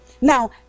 Now